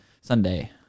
sunday